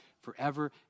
forever